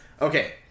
Okay